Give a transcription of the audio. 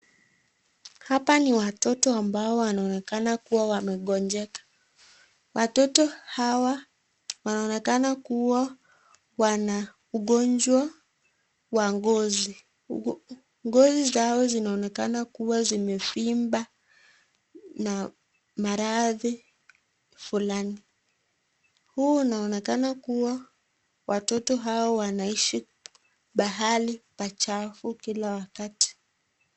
Hapa ni watoto ambao wanaonekana kuwa wamegonjeka. Watoto hawa wanaonekana kuwa wana ugonjwa wa ngozi. Ngozi zao zinaonekana kuwa zimevimba na maradhi fulani. Huu unaonekana kuwa watoto hawa wanaishi pahali pa chafu kila wakati.